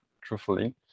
truthfully